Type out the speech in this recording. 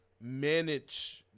manage